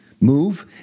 move